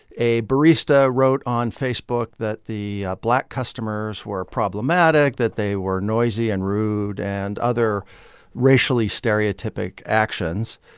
a barista wrote on facebook that the black customers were problematic, that they were noisy and rude and other racially stereotypic actions.